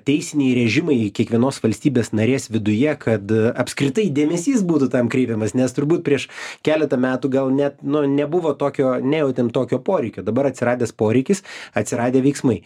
teisiniai režimai į kiekvienos valstybės narės viduje kad apskritai dėmesys būtų tam kreipiamas nes turbūt prieš keletą metų gal net nu nebuvo tokio nejautėm tokio poreikio dabar atsiradęs poreikis atsiradę veiksmai